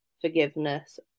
forgiveness